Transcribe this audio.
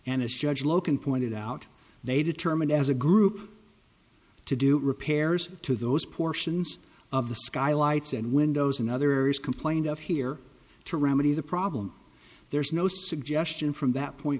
and as judge loken pointed out they determine as a group to do repairs to those portions of the skylights and windows and other areas complained of here to remedy the problem there is no suggestion from that point